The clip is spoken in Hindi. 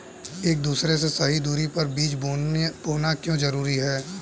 एक दूसरे से सही दूरी पर बीज बोना क्यों जरूरी है?